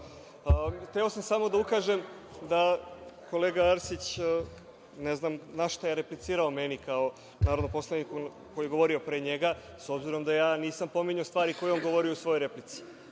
Hteo sam samo da ukažem da ne znam na šta je replicirao meni kao narodnom poslaniku koji je govorio pre njega, s obzirom da ja nisam spominjao stvari koje je on govorio u svojoj replici.